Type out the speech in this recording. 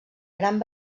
gran